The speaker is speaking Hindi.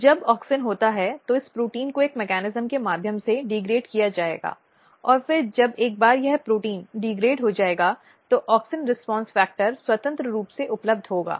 तो जब ऑक्सिन होता है तो इस प्रोटीन को एक मेकॅनिज्म के माध्यम से डिग्रेड किया जाएगा और फिर जब एक बार यह प्रोटीन डिग्रेड हो जाएगा तो ऑक्सिन रीस्पॉन्स फ़ैक्टर स्वतंत्र रूप से उपलब्ध होगा